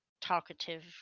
talkative